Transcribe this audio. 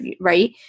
right